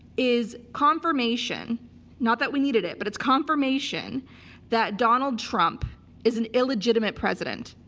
is confirmation not that we needed it but it's confirmation that donald trump is an illegitimate president.